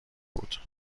بود